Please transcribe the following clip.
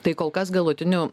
tai kol kas galutinių